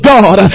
God